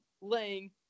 laying